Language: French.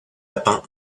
lapin